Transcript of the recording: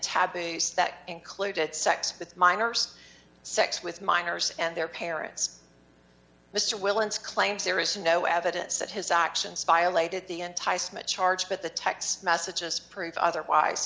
tabby's that included sex with minors sex with minors and their parents mr willand claims there is no evidence that his actions violated the enticement charge but the text messages prove otherwise